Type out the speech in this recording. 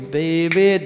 baby